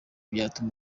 byatuma